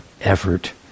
effort